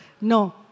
No